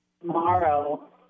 Tomorrow